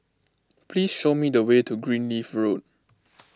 please show me the way to Greenleaf Road